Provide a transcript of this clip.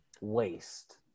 waste